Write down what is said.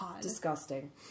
Disgusting